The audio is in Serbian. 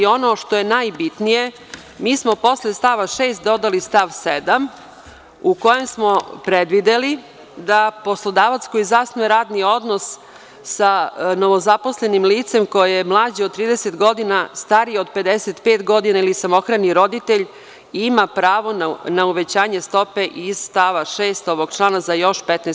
Ono što je najbitnije, mi smo posle stava 6. dodali stav 7. u kojem smo predvideli da poslodavac koji zasnuje radni odnos sa novozaposlenim licem koje je mlađe od 30 godina, starije od 55 godina ili samohrani roditelj, ima pravo na uvećanje stope iz stava 6. ovog člana za još 15%